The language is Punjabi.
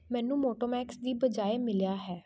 ਮੈਨੂੰ ਮੋਟੋਮੈਕਸ ਦੀ ਬਜਾਏ ਮਿਲਿਆ ਹੈ